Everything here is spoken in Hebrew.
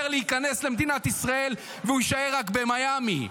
להיכנס למדינת ישראל והוא יישאר רק במיאמי.